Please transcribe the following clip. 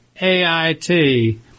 AIT